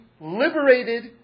liberated